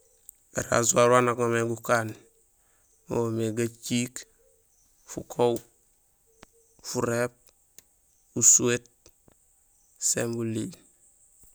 É rasoir wanja guŋa yo mé gukaan wo woomé gajiik fukoow; furéép, usuwét sin buliil.